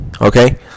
okay